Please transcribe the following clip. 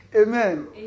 Amen